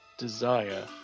desire